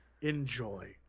Enjoy